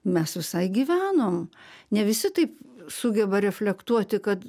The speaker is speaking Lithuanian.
mes visai gyvenom ne visi taip sugeba reflektuoti kad